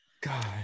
God